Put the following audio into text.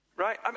Right